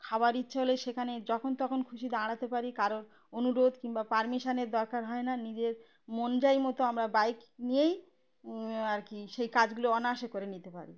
খাবার ইচ্ছে হলে সেখানে যখন তখন খুশি দাঁড়াতে পারি কারোর অনুরোধ কিংবা পারমিশানের দরকার হয় না নিজের মনজাই মতো আমরা বাইক নিয়েই আর কি সেই কাজগুলো অনায়াসে করে নিতে পারি